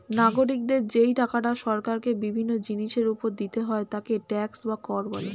নাগরিকদের যেই টাকাটা সরকারকে বিভিন্ন জিনিসের উপর দিতে হয় তাকে ট্যাক্স বা কর বলে